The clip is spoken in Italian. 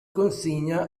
consegna